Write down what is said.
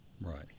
Right